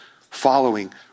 following